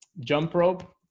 jump rope